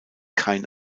kein